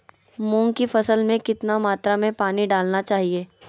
मूंग की फसल में कितना मात्रा में पानी डालना चाहिए?